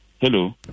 hello